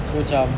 so cam